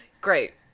great